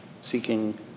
seeking